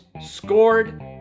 scored